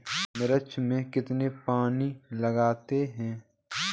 मिर्च में कितने पानी लगते हैं?